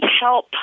help